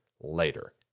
later